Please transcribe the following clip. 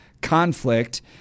conflict